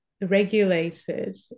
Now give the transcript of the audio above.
regulated